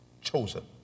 chosen